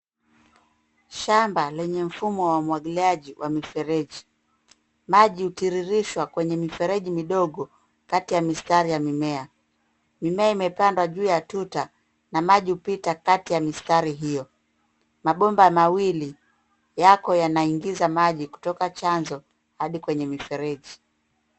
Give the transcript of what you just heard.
Shamba lenye mfumo wa umwagiliaji wa mifereji . Maji hutiririshwa kwenye mifereji midogo kati ya mistari ya mimea. Mimea imepandwa juu ya tuta na maji hupita kati ya mistari hiyo. Mabomba mawili yako yanaingiza maji kutoka chanzo hadi kwenye mifereji.